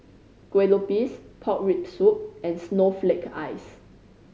kue lupis pork rib soup and snowflake ice